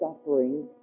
suffering